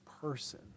person